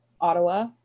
Ottawa